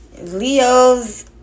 leo's